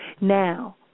Now